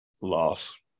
Loss